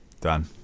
done